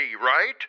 right